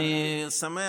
אני שמח.